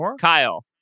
Kyle